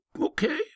okay